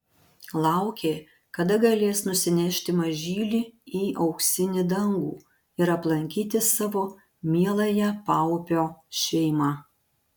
laukė kada galės nusinešti mažylį į auksinį dangų ir aplankyti savo mieląją paupio šeimą